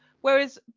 whereas